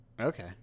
Okay